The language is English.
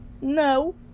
no